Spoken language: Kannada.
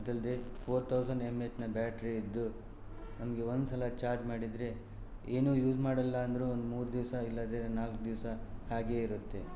ಅದಲ್ಲದೆ ಫೋರ್ ಥೌಸಂಡ್ ಎಂಎಚ್ನ ಬ್ಯಾಟ್ರಿಯಿದ್ದು ನಮಗೆ ಒಂದ್ಸಲ ಚಾರ್ಜ್ ಮಾಡಿದರೆ ಏನೂ ಯೂಸ್ ಮಾಡಲ್ಲ ಅಂದರೂ ಒಂದು ಮೂರು ದಿವಸ ಇಲ್ಲದಿದ್ರೆ ನಾಲ್ಕು ದಿವಸ ಹಾಗೆ ಇರತ್ತೆ